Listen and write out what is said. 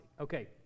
Okay